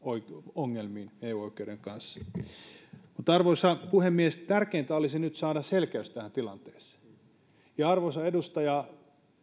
ongelmiin eu oikeuden kanssa arvoisa puhemies tärkeintä olisi nyt saada selkeys tähän tilanteeseen arvoisa edustaja